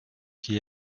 qui